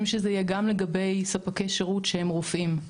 שזה יהיה גם לגבי ספקי שירות שהם רופאים,